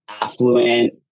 affluent